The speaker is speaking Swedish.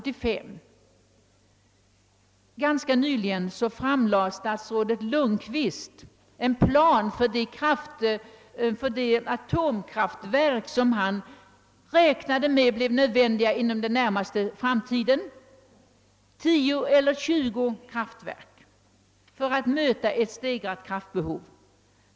Ganska nyligen framlade statsrådet Lundkvist en plan för de 10 eller 20 atomkraftverk, som han räknade med skulle bli nödvändiga inom den närmaste framtiden för att möta ett stegrat kraftbehov.